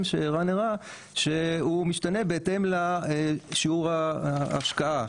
שערן הראה שהוא משתנה בהתאם לשיעור ההשקעה.